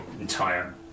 entire